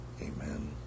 Amen